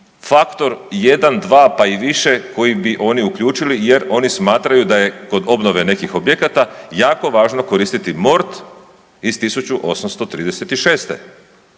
faktor jedan, dva pa i više koji bi oni uključili jer oni smatraju da je kod obnove nekih objekata jako važno koristiti mort iz 1836.